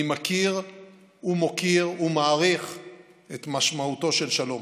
מכיר ומוקיר ומעריך את משמעותו של שלום.